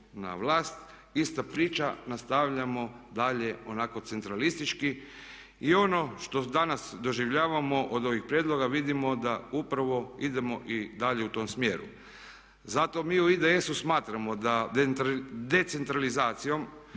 na vlast ista priča, nastavljamo dalje onako centralistički. I ono što danas doživljavamo od ovih prijedloga vidimo da upravo idemo i dalje u tom smjeru. Zato mi u IDS-u smatramo da decentralizacijom